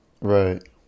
right